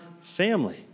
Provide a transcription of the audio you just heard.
family